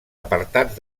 apartats